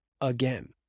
Again